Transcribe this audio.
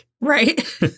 Right